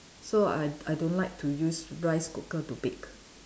so I I don't like to use rice cooker to bake